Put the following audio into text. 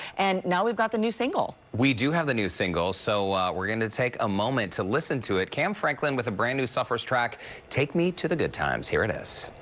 and now we've got the new single. derrick we do have the new single, so we're going to take a moment to listen to it. kam franklin with the brand new suffers track take me to the good times. here it is.